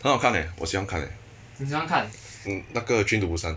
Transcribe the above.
很好看 leh 我喜欢看 leh 那个 train to busan